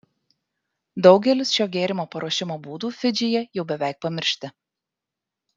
daugelis šio gėrimo paruošimo būdų fidžyje jau beveik pamiršti